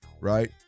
Right